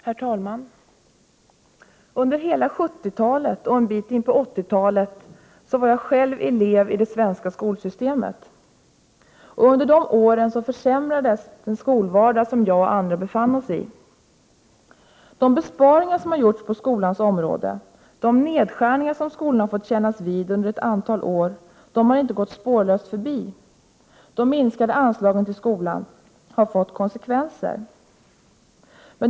Herr talman! Under hela 70-talet och en bit in på 80-talet var jag själv elev i det svenska skolsystemet. Under de åren försämrades den skolvardag som jag och andra befann oss i. De besparingar som har gjorts på skolans område, de nedskärningar som skolan har fått kännas vid under ett antal år har inte gått spårlöst förbi. De minskade anslagen till skolan har fått konsekvenser.